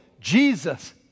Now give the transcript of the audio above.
Jesus